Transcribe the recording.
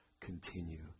Continue